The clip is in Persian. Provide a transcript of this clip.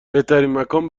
مکان